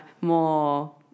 more